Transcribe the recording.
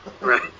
Right